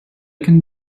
can